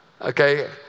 Okay